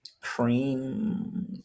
Cream